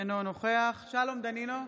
אינו נוכח שלום דנינו,